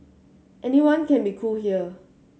anyone can be cool here